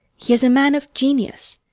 he is a man of genius.